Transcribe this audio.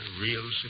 real